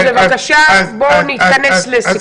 אז בבקשה בואו נתכנס לסיום.